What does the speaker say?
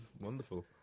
wonderful